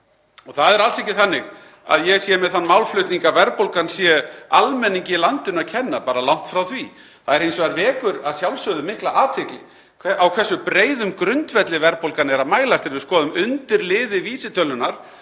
Það er alls ekki þannig að ég sé með þann málflutning að verðbólgan sé almenningi í landinu að kenna, langt frá því. Það vekur hins vegar að sjálfsögðu mikla athygli á hversu breiðum grundvelli verðbólgan er að mælast. Þegar við skoðum undirliði vísitölunnar,